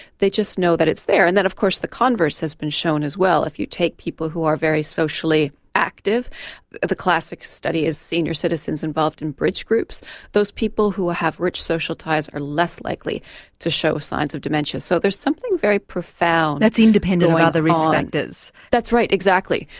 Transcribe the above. they just know that it's there and of course the converse has been shown as well. if you take people who are very socially active the classic study is senior citizens involved in bridge groups those people who have rich social ties are less likely to show signs of dementia. so there's something very profound. that's independent of other risk factors? that's right, exactly.